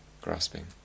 grasping